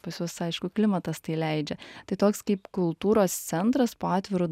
pas juos aišku klimatas tai leidžia tai toks kaip kultūros centras po atviru